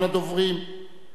בבקשה.